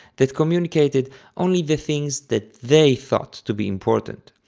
that communicated only the things that they thought to be important,